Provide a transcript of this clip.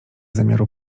zamiaru